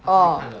orh